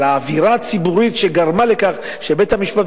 אבל האווירה הציבורית שגרמה לכך שבית-המשפט